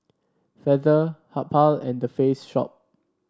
Feather Habhal and The Face Shop